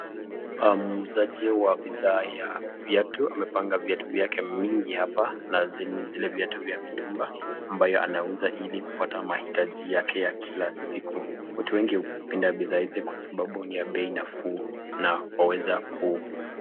Muuzaji wa bidhaa ya viatu amepanga viatu vyake mingi hapa, zile viatu za mitumba ambayo anauza ili aweze kupata mahitaji yake ya kila siku, watu wengi hupenda bidhaa hizi kwa sababu ni ya bei nafuu.